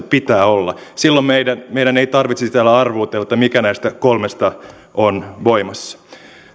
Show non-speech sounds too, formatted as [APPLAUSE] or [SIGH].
[UNINTELLIGIBLE] pitää olla silloin meidän meidän ei tarvitsisi täällä arvuutella mikä näistä kolmesta on voimassa